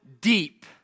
deep